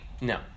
No